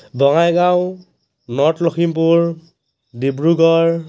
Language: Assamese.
বঙাইগাঁও নৰ্থ লখিমপুৰ ডিব্ৰুগড়